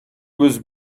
was